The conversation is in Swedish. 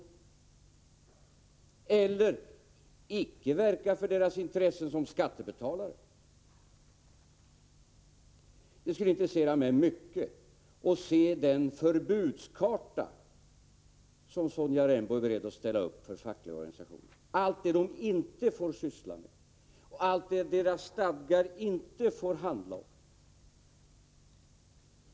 De skulle icke heller få verka för dessa människors intresse som skattebetalare. Det skulle intressera mig mycket att få se den förbudskarta som Sonja Rembo är beredd att göra upp för fackliga organisationer över allt det som de inte får syssla med och allt det som deras stadgar inte får handla om.